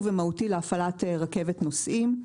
ומהותי להפעלת רכבת נוסעים.